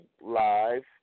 live